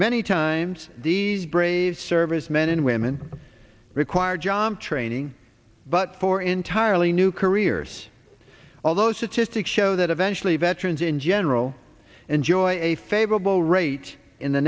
many times these brave servicemen and women require job training but for entirely new careers although statistics show that eventually veterans in general enjoying a favorable rate in the